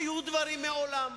היו דברים מעולם,